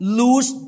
lose